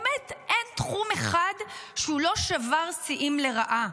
באמת אין תחום אחד שהוא לא שבר שיאים לרעה.